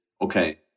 okay